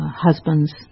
husbands